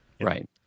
Right